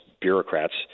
bureaucrats